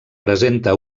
presenta